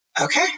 okay